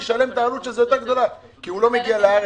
ושישלם את העלות הגדולה יותר עבור זה כי הוא לא מגיע לארץ.